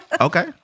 Okay